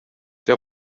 der